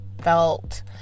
felt